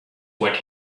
what